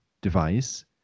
device